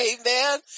Amen